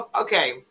okay